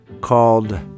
called